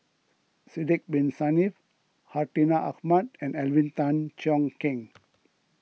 Sidek Bin Saniff Hartinah Ahmad and Alvin Tan Cheong Kheng